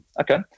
Okay